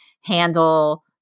handle